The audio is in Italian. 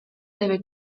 deve